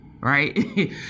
right